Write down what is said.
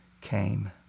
came